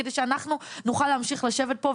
כדי שאנחנו נוכל להמשיך לשבת פה,